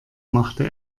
machte